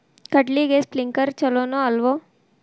ಕಡ್ಲಿಗೆ ಸ್ಪ್ರಿಂಕ್ಲರ್ ಛಲೋನೋ ಅಲ್ವೋ?